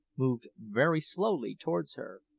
moved very slowly towards her.